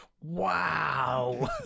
wow